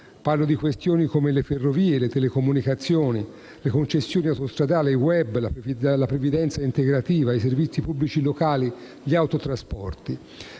Parlo di questioni come le ferrovie, le telecomunicazioni, le concessioni autostradali, il *web*, la previdenza integrativa, i servizi pubblici locali, gli autotrasporti.